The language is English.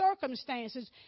circumstances